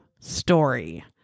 story